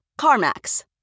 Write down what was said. CarMax